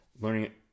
learning